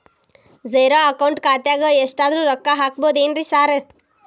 Zero account ಖಾತ್ಯಾಗ ಎಷ್ಟಾದ್ರೂ ರೊಕ್ಕ ಹಾಕ್ಬೋದೇನ್ರಿ ಸಾರ್?